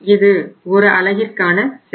இது ஒரு அலகிற்கான செலவு